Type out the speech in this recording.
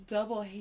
Double